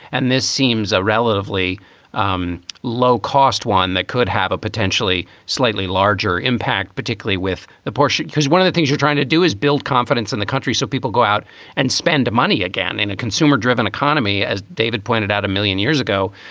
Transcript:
and this seems a relatively um low cost one that could have a potentially slightly larger impact, particularly with the poor. because one of the things you're trying to do is build confidence in the country so people go out and spend money again in a consumer driven economy. as david pointed out a million years ago,